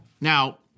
Now